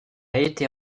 été